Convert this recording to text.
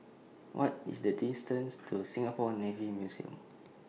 What IS The distance to Singapore Navy Museum